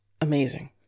amazing